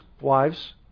Wives